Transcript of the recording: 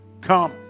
come